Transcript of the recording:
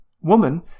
woman